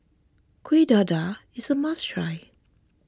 Kueh Dadar is a must try